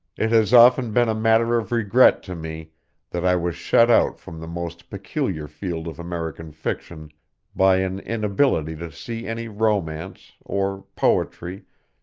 it has often been a matter of regret to me that i was shut out from the most peculiar field of american fiction by an inability to see any romance, or poetry,